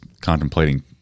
contemplating